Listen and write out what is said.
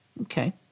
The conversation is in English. Okay